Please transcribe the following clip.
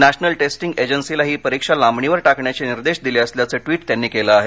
national testing एजन्सीला ही परीक्षा लांबणीवर टाकण्याचे निर्देश दिले असल्याचे ट्विट त्यांनी केले आहे